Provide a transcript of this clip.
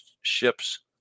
ships